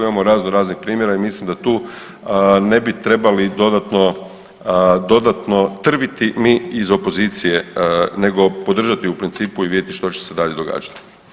Imamo razno raznih primjera i mislim da tu ne bi trebali dodatno, dodatno trviti mi iz opozicije nego podržati u principu i vidjeti što će se dalje događati.